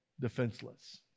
defenseless